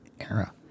era